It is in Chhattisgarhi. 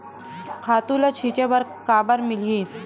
खातु ल छिंचे बर काबर मिलही?